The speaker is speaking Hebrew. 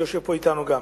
שגם יושב אתנו פה.